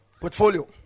Portfolio